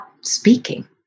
speaking